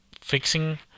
fixing